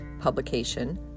publication